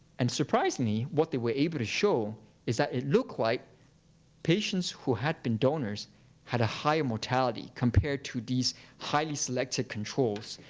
and surprisingly, what they were able to show is that it looked like patients who had been donors had a higher mortality, compared to these highly selected controls.